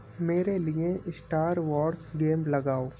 میرے لیے Star Wars game لگاؤ